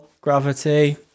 Gravity